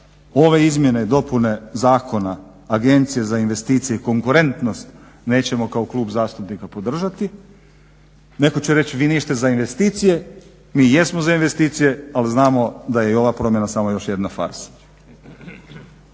ove izmjene i dopune zakona Agencije za investicije i konkurentnost nećemo kao klub zastupnika podržati. Netko će reći vi niste za investicije, mi jesmo za investicije ali znamo da je i ova promjena samo još jedna farsa.